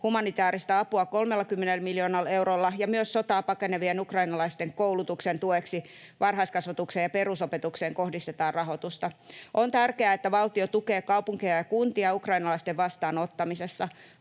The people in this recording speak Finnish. humanitääristä apua 30 miljoonalla eurolla, ja myös sotaa pakenevien ukrainalaisten koulutuksen tueksi varhaiskasvatukseen ja perusopetukseen kohdistetaan rahoitusta. On tärkeää, että valtio tukee kaupunkeja ja kuntia ukrainalaisten vastaanottamisessa.